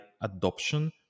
adoption